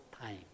time